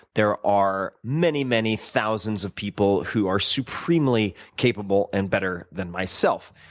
there are many, many thousands of people who are supremely capable and better than myself.